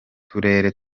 turere